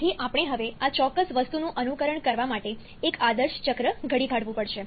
તેથી આપણે હવે આ ચોક્કસ વસ્તુનું અનુકરણ કરવા માટે એક આદર્શ ચક્ર ઘડી કાઢવું પડશે